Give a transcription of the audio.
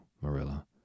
Marilla